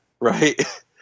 right